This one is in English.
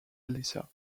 lisa